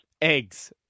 eggs